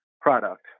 product